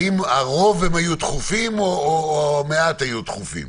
האם הרוב היו דחופים או מעט היו דחופים?